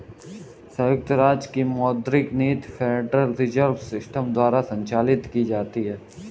संयुक्त राज्य की मौद्रिक नीति फेडरल रिजर्व सिस्टम द्वारा संचालित की जाती है